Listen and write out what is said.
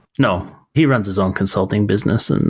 no. he runs his own consulting business. and